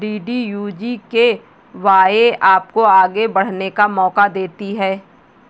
DDU GKY आपको आगे बढ़ने का मौका देती है